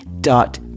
dot